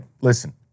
listen